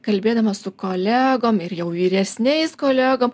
kalbėdama su kolegom ir jau vyresniais kolegom